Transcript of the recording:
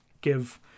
give